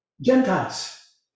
Gentiles